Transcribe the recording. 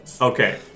Okay